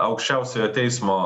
aukščiausiojo teismo